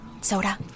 Soda